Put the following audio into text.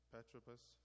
Petropas